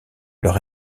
leur